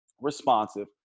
responsive